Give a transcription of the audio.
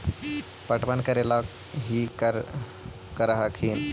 पटबन करे ला की कर हखिन?